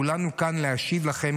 כולנו כאן להשיב לכם,